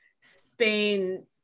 Spain